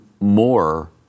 more